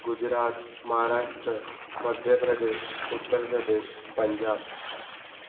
Gujarat Maharashtra Madhya Pradesh Uttar Pradesh Punjab